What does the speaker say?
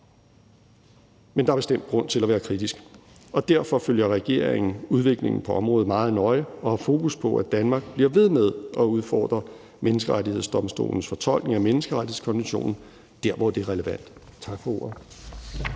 Men der er bestemt grund til at være kritisk, og derfor følger regeringen udviklingen på området meget nøje og har fokus på, at Danmark bliver ved med at udfordre Menneskerettighedsdomstolens fortolkning af menneskerettighedskonventionen der, hvor det er relevant. Tak for ordet.